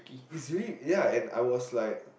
is really ya and I was like